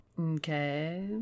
Okay